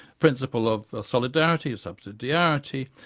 principles of solidarity, of subsidiarity,